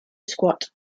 squat